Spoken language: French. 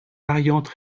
variante